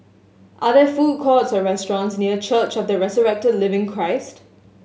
are there food courts or restaurants near Church of the Resurrected Living Christ